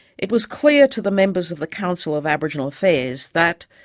it was clear to the members of the council of aboriginal affairs that,